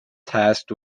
tasked